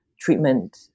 treatment